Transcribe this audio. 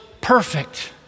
perfect